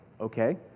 Okay